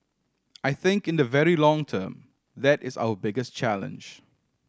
I think in the very long term that is our biggest challenge